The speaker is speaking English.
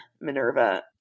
Minerva